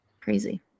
crazy